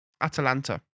Atalanta